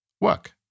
work